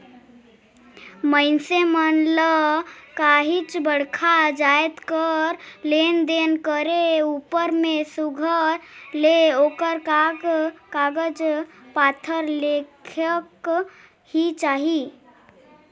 मइनसे मन ल काहींच बड़खा जाएत कर लेन देन करे उपर में सुग्घर ले ओकर कागज पाथर रखेक ही चाही